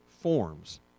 forms